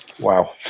wow